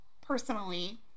personally